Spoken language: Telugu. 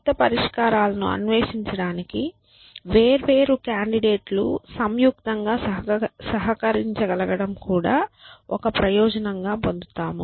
క్రొత్త పరిష్కారాలను అన్వేషించడానికి వేర్వేరు కాండిడేట్ లు సంయుక్తంగా సహకరించగలగడం కూడా ఒక ప్రయోజనం గా పొందుతాము